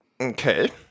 Okay